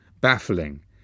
baffling